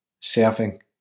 Serving